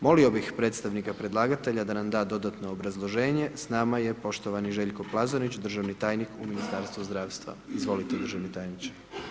Molio bi predstavnika predlagatelja da nam da dodatno obrazloženje, s nama je poštovani Željko Plazonić, državni tajnik u Ministarstvu zdravstva, izvolite državni tajniče.